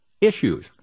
issues